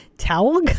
towel